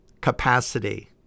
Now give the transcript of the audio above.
capacity